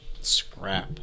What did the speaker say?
Scrap